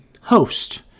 host